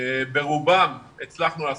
ברובם הצלחנו לעשות.